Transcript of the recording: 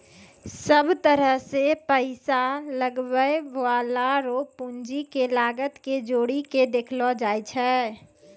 सब तरह से पैसा लगबै वाला रो पूंजी के लागत के जोड़ी के देखलो जाय छै